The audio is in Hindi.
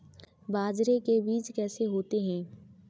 बाजरे के बीज कैसे होते हैं?